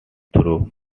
through